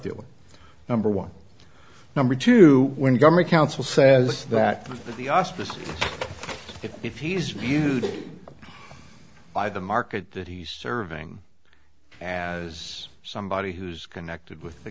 dealer number one number two when government counsel says that the auspices if he's viewed by the market that he's serving as somebody who's connected with the